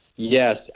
yes